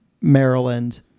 Maryland